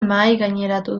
mahaigaineratu